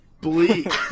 bleak